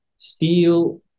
Steel